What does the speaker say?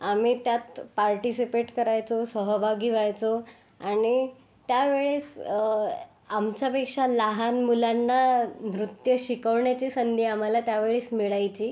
आम्ही त्यात पार्टिसिपेट करायचो सहभागी व्हायचो आणि त्यावेळेस आमच्यापेक्षा लहान मुलांना नृत्य शिकवण्याची संधी आम्हाला त्यावेळेस मिळायची